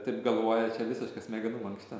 taip galvoja i čia visiška smegenų mankšta